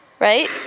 right